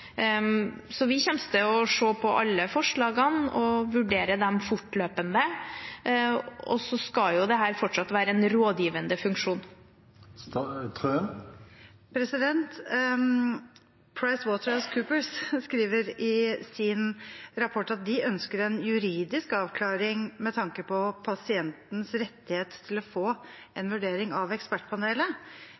Vi kommer til å se på alle forslagene og vurdere dem fortløpende, og så skal dette fortsatt være en rådgivende funksjon. PricewaterhouseCoopers skriver i sin rapport at de ønsker en juridisk avklaring med tanke på pasientens rettighet til å få en vurdering av Ekspertpanelet.